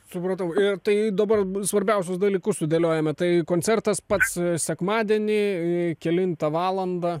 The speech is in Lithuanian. supratau ir tai dabar svarbiausius dalykus sudėliojame tai koncertas pats sekmadienį kelintą valandą